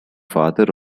father